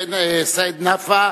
חבר הכנסת סעיד נפאע,